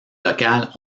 locales